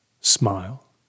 smile